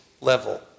level